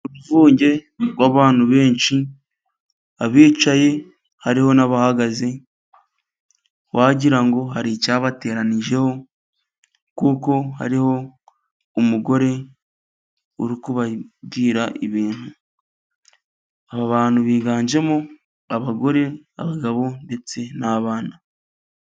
Uruvunge rw'abantu benshi abicaye hariho n'abahagaze ,wagira ngo hari icyabateranijeho kuko hariho umugore uri kubabwira ibintu. Aba bantu biganjemo abagore, abagabo ndetse n'abana.